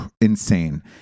Insane